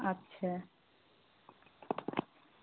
अच्छा